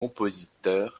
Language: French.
compositeur